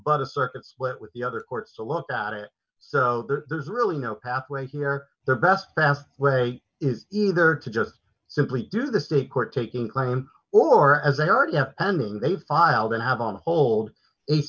a circuit split with the other courts to look out it so there's really no pathway here the best fast way is either to just simply do the state court taking claim or as they already have pending they filed and have on hold a